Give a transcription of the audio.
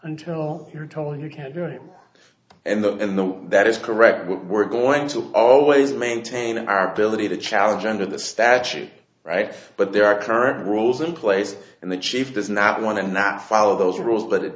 until you're told you can't do it and the in the that is correct we're going to always maintain our ability to challenge under the statute right but there are current rules in place and the chief does not want and that follow those rules but it